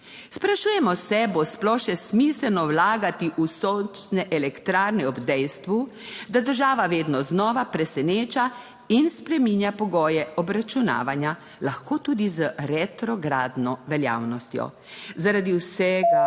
Sprašujemo, se bo sploh še smiselno vlagati v sončne elektrarne ob dejstvu, da država vedno znova preseneča in spreminja pogoje obračunavanja, lahko tudi z retrogradno veljavnostjo. Zaradi vsega 4.